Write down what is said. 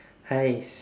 !hais!